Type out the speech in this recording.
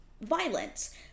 violence